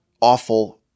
awful